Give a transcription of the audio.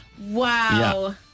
Wow